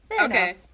Okay